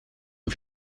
een